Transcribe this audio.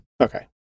okay